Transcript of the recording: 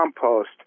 compost